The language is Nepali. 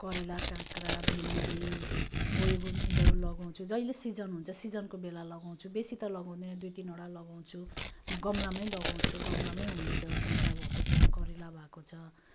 करेला काँक्रा भेन्डी बैगुन यिनीहरू लगाउँछु जहिले सिजन हुन्छ सिजनको बेला लगाउँछु बेसी त लगाउँदिनँ दुई तिनवटा लगाउँछु म गमलामै लगाउँछु गमलामै हुन्छ काँक्रा भएको छ करेला भएको छ